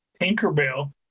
Tinkerbell